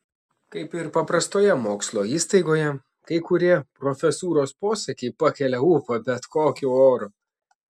kaip ir paprastoje mokslo įstaigoje kai kurie profesūros posakiai pakelia ūpą bet kokiu oru